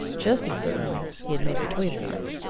just as certainly he had made for tweedside.